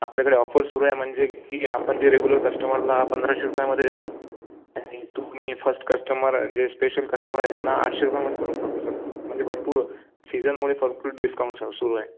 आपल्याकडे ऑफर सुरू आहे म्हणजे की आपण जे रेग्गूलर कश्टमरला पंधराशे रुपयांमध्ये देतो आणि तुम्ही फश्ट कश्टमर जे स्पेशल कश्टमर आहे त्यांना आठशे रुपयांमध्ये करून टाकू सर म्हणजे भरपूर सीझनमुळे भरपूर डिस्काउंट सर सुरू आहे